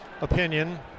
opinion